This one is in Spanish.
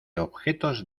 objetos